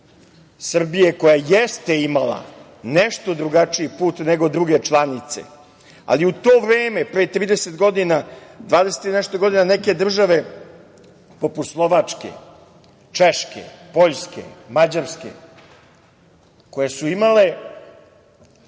Srbije koja jeste imala nešto drugačiji put nego druge članice, ali u to vreme pre 30 godina, 20 i nešto godina, neke države poput Slovačke, Češke, Poljske, Mađarske koje su bile